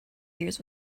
years